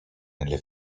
nelle